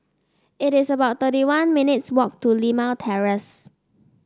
it is about thirty one minutes' walk to Limau Terrace